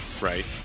right